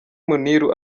muniru